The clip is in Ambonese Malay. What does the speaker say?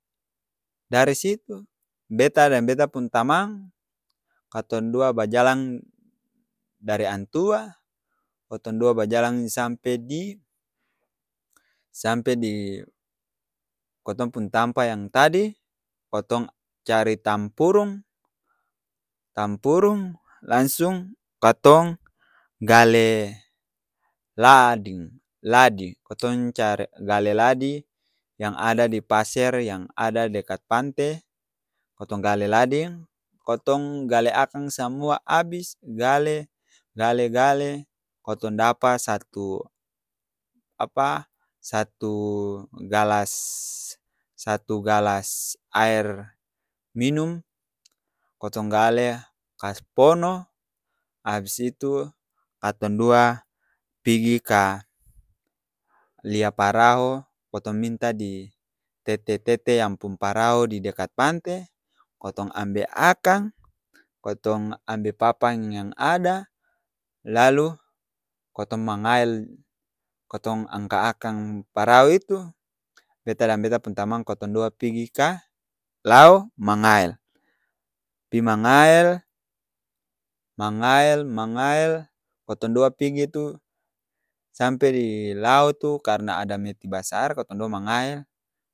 Dari situ, beta deng beta pung tamang, katong dua bajalang dari antua, kotong dua bajalang sampe di, sampe di kotong pung tampa yang tadi, kotong cari tampurung, tampurung langsung katong gale lading, ladi, kotong cari, gale ladi, yang ada di paser, yang ada dekat pante, kotong gale lading, kotong gale akang samua abis, gale gale gale kotong dapa satu apa satu galas aer minum, kotong gale kas pono, abis itu katong dua pigi ka lia paraho, kotong minta di tete-tete yang pung parao di dekat pante, kotong ambe akang, kotong ambe papan yang ada, lalu kotong mangael, kotong angka akang parau itu, beta bilang beta pung tamang kotong dua pigi ka lao, mangael. Pi mangael, mangael, mangael, kotong dua pigi tu sampe di lao tu karna ada meti basar, kotong dua mangael,